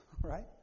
right